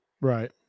Right